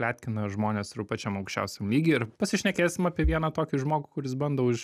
pletkina žmones ir pačiam aukščiausiam lygy ir pasišnekėsim apie vieną tokį žmogų kuris bando už